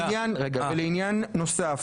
ולעניין נוסף,